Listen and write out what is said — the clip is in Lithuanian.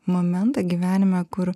momentą gyvenime kur